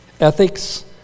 ethics